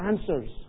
answers